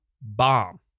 bomb